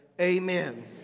Amen